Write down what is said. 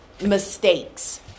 mistakes